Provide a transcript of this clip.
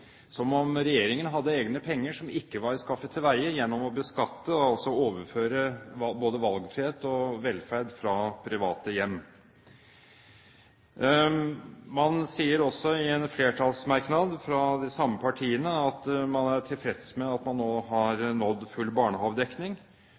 som om regjeringen hadde egne penger som ikke var skaffet til veie gjennom å beskatte – altså å overføre valgfrihet og velferd fra private hjem. Man sier også i en flertallsmerknad fra de samme partiene at man er tilfreds med at man nå har